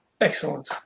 Excellent